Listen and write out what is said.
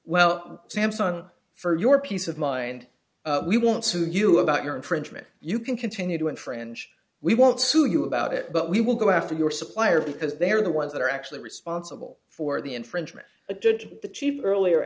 well samsung for your peace of mind we won't sue you about your infringement you can continue to infringe we won't sue you about it but we will go after your supplier because they are the ones that are actually responsible for the infringement a judge the chief earlier